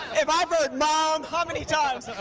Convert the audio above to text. if i've heard mom how many times.